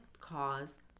cause